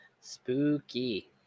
Spooky